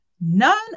none